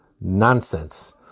Nonsense